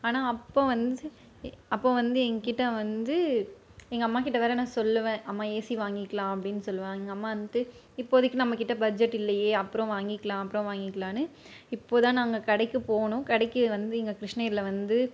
ஆனால் அப்போது வந்து அப்போது வந்து எங்கள்கிட்ட வந்து எங்கள் அம்மாக்கிட்டே வேறு நான் சொல்வேன் அம்மா ஏசி வாங்கிக்கலாம் அப்படின்னு சொல்வேன் எங்கள் அம்மா வந்துட்டு இப்போதைக்கு நம்மக்கிட்டே பட்ஜெட் இல்லையே அப்புறம் வாங்கிக்கலாம் அப்புறம் வாங்கிக்கலாம்ன்னு இப்போதுதான் நாங்கள் கடைக்குப் போனோம் கடைக்கு வந்து இங்கே கிருஷ்ணகிரியில் வந்து